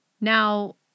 Now